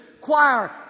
choir